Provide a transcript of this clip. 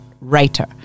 writer